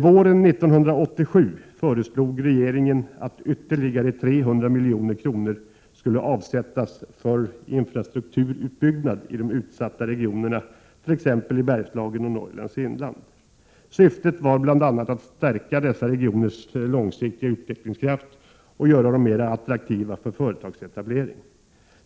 Våren 1987 föreslog regeringen att ytterligare 300 milj.kr. skulle avsättas för infrastrukturutbyggnad i de utsatta regionerna, t.ex. Bergslagen och Norrlands inland. Syftet var bl.a. att stärka dessa regioners långsiktiga utvecklingskraft och göra dem mer attraktiva för företagsetablering.